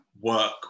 work